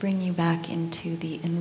bring you back into the